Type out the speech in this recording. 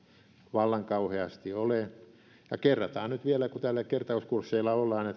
vallan kauheasti ole ja kerrataan nyt vielä kun täällä kertauskursseilla ollaan